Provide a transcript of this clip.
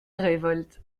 révolte